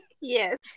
yes